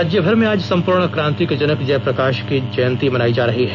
राज्य भर में आज सम्पूर्ण क्रांति के जनक जयप्रकाश की जयंती मनायी जा रही है